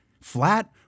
Flat